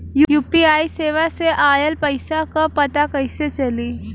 UPI सेवा से ऑयल पैसा क पता कइसे चली?